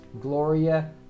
Gloria